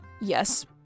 Yes